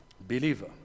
believer